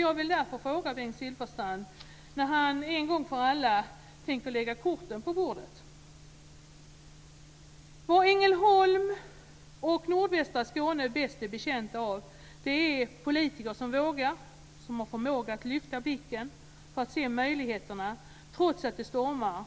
Jag vill därför fråga Bengt Silfverstrand när han, en gång för alla, tänker lägga korten på bordet. Vad Ängelholm och nordvästra Skåne är bäst betjänta av är politiker som vågar och har förmåga att lyfta blicken för att se möjligheterna, trots att det stormar,